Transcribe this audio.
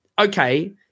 Okay